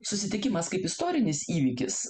susitikimas kaip istorinis įvykis